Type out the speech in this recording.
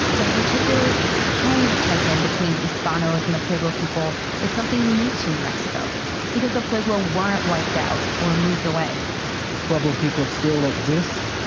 the particular kind of tension between hispanos and the pueblo people is something unique to new mexico because the pueblo weren't wiped out or moved away pueblo people still exist.